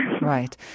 Right